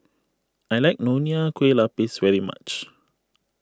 I like Nonya Kueh Lapis very much